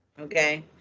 okay